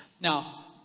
Now